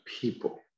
people